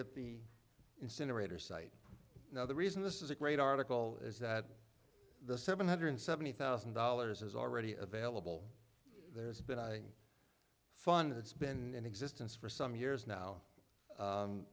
at the incinerator site now the reason this is a great article is that the seven hundred seventy thousand dollars is already available there's been a fund that's been in existence for some years now